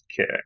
Okay